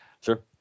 Sure